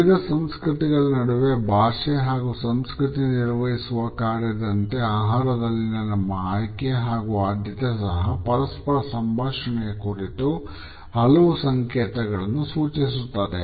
ವಿವಿಧ ಸಂಸ್ಕೃತಿಗಳ ನಡುವೆ ಭಾಷೆ ಹಾಗೂ ಸಂಸ್ಕೃತಿ ನಿರ್ವಹಿಸುವ ಕಾರ್ಯದಂತೆ ಆಹಾರದಲ್ಲಿನ ನಮ್ಮ ಆಯ್ಕೆ ಹಾಗೂ ಆದ್ಯತೆ ಸಹ ಪರಸ್ಪರ ಸಂಭಾಷಣೆಯ ಕುರಿತು ಹಲವು ಸಂಕೇತಗಳನ್ನು ಸೂಚಿಸುತ್ತದೆ